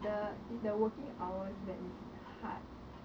the is the working hours that is hard